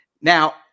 now